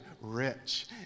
rich